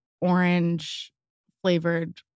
orange-flavored